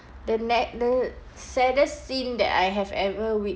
the net the saddest scene that I have ever wit~